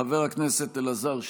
חבר הכנסת אלעזר שטרן,